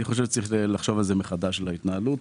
אני חושב שצריך לחשוב מחדש על ההתנהלות,